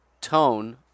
Tone